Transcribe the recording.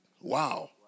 Wow